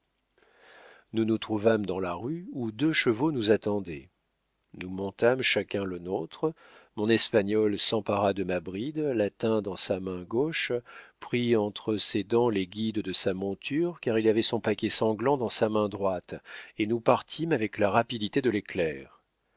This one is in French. nous nous trouvâmes dans la rue où deux chevaux nous attendaient nous montâmes chacun le nôtre mon espagnol s'empara de ma bride la tint dans sa main gauche prit entre ses dents les guides de sa monture car il avait son paquet sanglant dans sa main droite et nous partîmes avec la rapidité de l'éclair